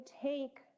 take